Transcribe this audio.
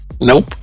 nope